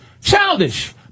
childish